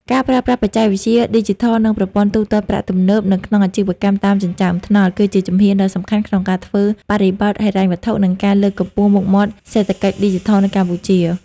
ការប្រើប្រាស់បច្ចេកវិទ្យាឌីជីថល និងប្រព័ន្ធទូទាត់ប្រាក់ទំនើបនៅក្នុងអាជីវកម្មតាមចិញ្ចើមថ្នល់ គឺជាជំហានដ៏សំខាន់ក្នុងការធ្វើបរិយាបន្នហិរញ្ញវត្ថុ និងការលើកកម្ពស់មុខមាត់សេដ្ឋកិច្ចឌីជីថលនៅកម្ពុជា។